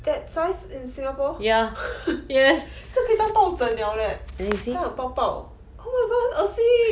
that size in singapore 这可以当抱枕了 leh 那样抱抱 oh my god 很恶心